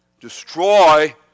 Destroy